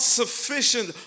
sufficient